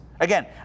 Again